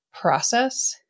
process